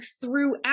throughout